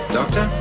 Doctor